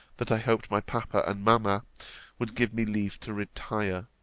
that i hoped my papa and mamma would give me leave to retire,